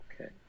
Okay